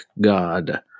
god